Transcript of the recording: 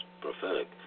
prophetic